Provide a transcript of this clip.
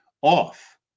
off